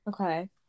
Okay